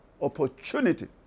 opportunity